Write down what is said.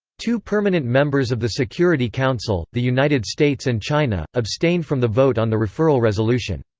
two permanent members of the security council, the united states and china, abstained from the vote on the referral resolution.